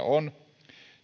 on